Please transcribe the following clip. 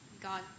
God